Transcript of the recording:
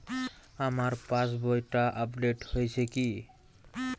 আমার পাশবইটা আপডেট হয়েছে কি?